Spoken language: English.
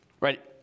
right